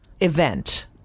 event